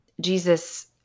Jesus